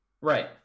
Right